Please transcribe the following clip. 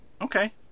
Okay